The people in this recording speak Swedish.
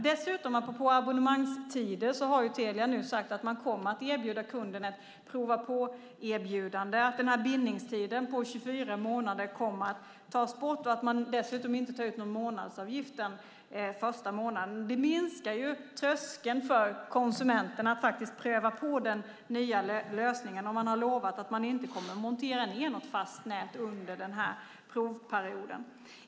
Apropå abonnemangstider har Telia nu sagt att man kommer att erbjuda kunden ett prova-på-erbjudande samt att bindningstiden om 24 månader kommer att tas bort. Dessutom tas ingen månadsutgift ut den första månaden. Detta minskar tröskeln för konsumenten att prova på den nya lösningen. Man har lovat att man inte kommer att montera något fast nät under den här provperioden.